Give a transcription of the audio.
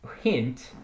hint